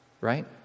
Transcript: right